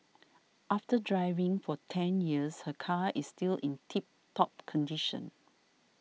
after driving for ten years her car is still in tip top condition